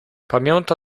pamięta